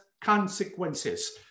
consequences